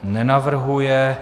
Nenavrhuje.